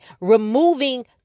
removing